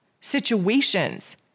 situations